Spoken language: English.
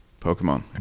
pokemon